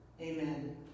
Amen